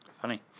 Funny